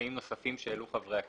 וקשיים נוספים שהעלו חברי הכנסת,